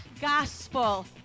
Gospel